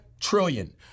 trillion